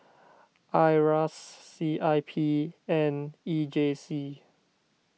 Iras C I P and E J C